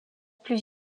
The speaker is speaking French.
plus